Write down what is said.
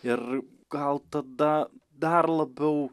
ir gal tada dar labiau